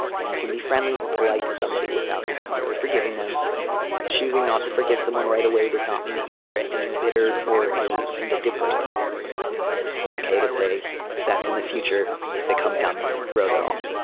and you can be friendly or polite to somebody without necessarily forgiving them choosing not to forgive someone right away does not mean that you are an embittered or a vindictive person it's ok to say that's in the future. if it comes down the road at all.